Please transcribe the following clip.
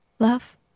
Love